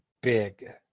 big